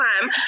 time